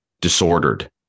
disordered